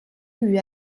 lui